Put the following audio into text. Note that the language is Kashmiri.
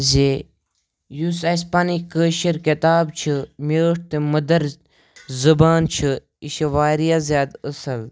زِ یُس اَسہِ پَنٕنۍ کٲشِر کِتاب چھِ میٖٹھ تہٕ مٔدٕر زبان چھِ یہِ چھِ واریاہ زیادٕ اَصِل